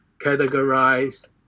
categorize